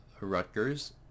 Rutgers